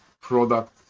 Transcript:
product